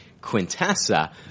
Quintessa